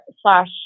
slash